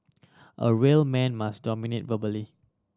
a real man must dominate verbally